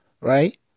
right